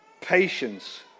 patience